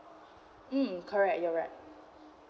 um correct you're right